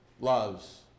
loves